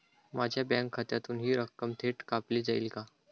माझ्या बँक खात्यातून हि रक्कम थेट कापली जाईल का?